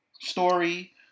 story